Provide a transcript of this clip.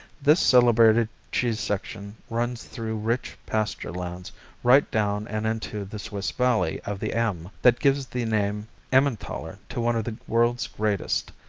this celebrated cheese section runs through rich pasture lands right down and into the swiss valley of the emme that gives the name emmentaler to one of the world's greatest.